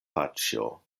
paĉjo